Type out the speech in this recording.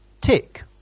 Tick